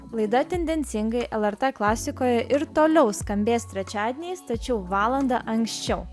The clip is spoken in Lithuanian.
laida tendencingai lrt klasikoje ir toliau skambės trečiadieniais tačiau valanda anksčiau